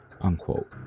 unquote